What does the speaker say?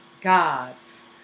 Gods